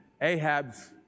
ahab's